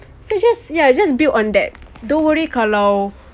so just ya just be on that don't worry kalau